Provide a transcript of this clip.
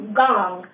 gong